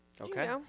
Okay